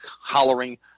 hollering